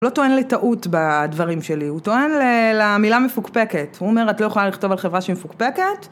הוא לא טוען לטעות בדברים שלי, הוא טוען למילה מפוקפקת, הוא אומר את לא יכולה לכתוב על חברה שמפוקפקת